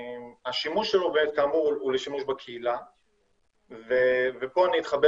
והשימוש שלו כאמור הוא לשימוש בקהילה ופה אני מתחבר